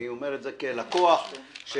אני אומר את זה כלקוח שמחזר.